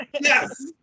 yes